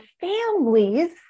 families